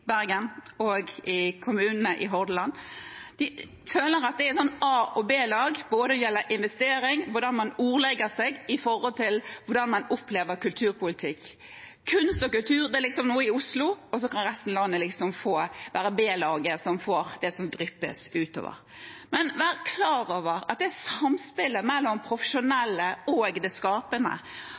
Bergen og i kommunene i Hordaland, så føler de at det er et A- og B-lag, både når det gjelder investering og hvordan man ordlegger seg etter hvordan man opplever kulturpolitikk. Kunst og kultur er liksom noe i Oslo, og så kan resten av landet liksom være B-laget, som får det som dryppes utover. Men vær klar over at dette samspillet mellom profesjonelle og det skapende